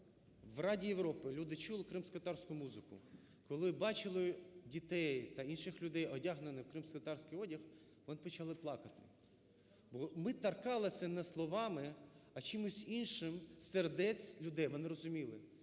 в Раді Європи люди чули кримськотатарську музику, коли бачили дітей та інших людей, одягнених у кримськотатарський одяг, вони почали плакати. Бо ми торкалися не словами, а чимось іншим сердець людей. Вони розуміли,